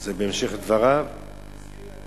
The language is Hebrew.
זה בהמשך דבריו, הוא הזכיר את הנביאים?